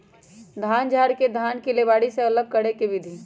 धान झाड़ के धान के लेबारी से अलग करे के विधि